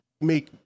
make